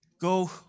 Go